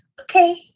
Okay